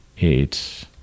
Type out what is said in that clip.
eight